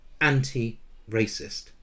anti-racist